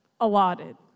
allotted